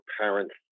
parents